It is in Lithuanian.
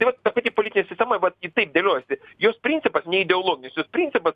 tai vat ta pati politinė sistema vat ji taip dėliojasi jos principas ne ideologiniu jos principas